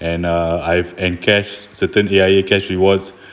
and uh I've and cash certain A_I_A cash rewards